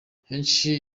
kenshi